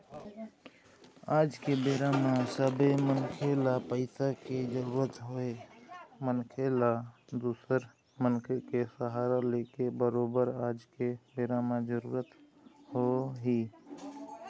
आज के बेरा म सबे मनखे ल पइसा के जरुरत हवय मनखे ल दूसर मनखे के सहारा लेके बरोबर आज के बेरा म जरुरत हवय ही